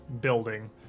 building